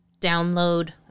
download